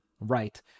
right